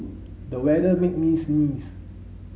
the weather made me sneeze